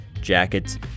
jackets